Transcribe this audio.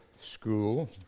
school